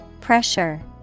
Pressure